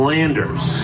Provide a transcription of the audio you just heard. Landers